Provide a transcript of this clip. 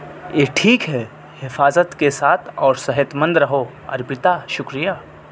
یہ ٹھیک ہے حفاظت کے ساتھ اور صحت مند رہو ارپیتا شکریہ